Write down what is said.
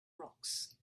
rocks